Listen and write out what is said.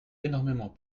énormément